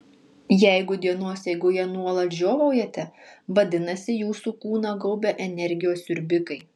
jeigu dienos eigoje nuolat žiovaujate vadinasi jūsų kūną gaubia energijos siurbikai